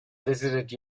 visited